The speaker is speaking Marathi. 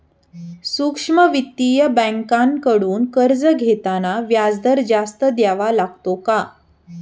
सूक्ष्म वित्तीय बँकांकडून कर्ज घेताना व्याजदर जास्त द्यावा लागतो का?